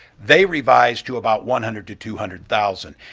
they revised to about one hundred to two hundred thousand.